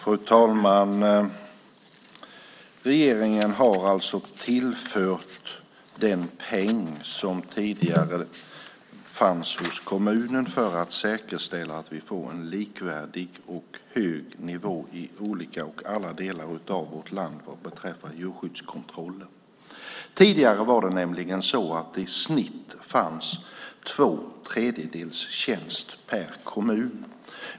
Fru talman! Regeringen har alltså tillfört den peng som tidigare fanns hos kommunerna för att säkerställa att vi får en likvärdig och hög nivå i alla olika delar av vårt land beträffande djurskyddskontrollen. Tidigare fanns det nämligen i snitt två tredjedels tjänst per kommun.